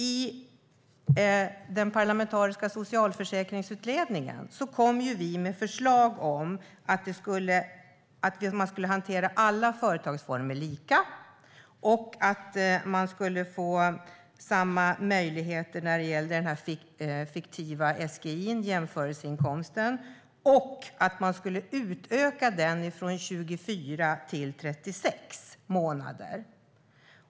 I den parlamentariska socialförsäkringsutredningen kom vi med förslag om att alla företagsformer skulle hanteras lika, att möjligheterna skulle vara desamma när det gäller den fiktiva SGI:n, jämförelseinkomsten, och att man skulle utöka den från 24 till 36 månader.